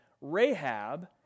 Rahab